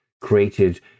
created